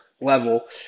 level